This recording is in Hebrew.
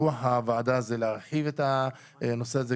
רוח הוועדה זה להרחיב את הנושא.